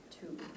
two